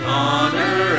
honor